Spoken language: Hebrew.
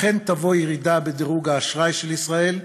אכן תבוא ירידה בדירוג האשראי של ישראל.